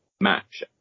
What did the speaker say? match